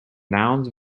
nouns